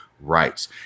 rights